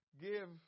Give